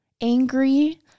angry